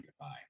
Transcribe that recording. goodbye